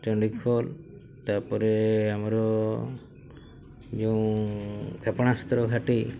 ଚଣ୍ଡିଖୋଲ ତା'ପରେ ଆମର ଯେଉଁ କ୍ଷେପଣାସ୍ତ୍ର ଘାଟି